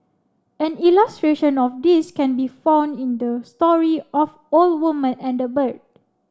an illustration of this can be found in the story of old woman and the bird